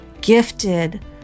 gifted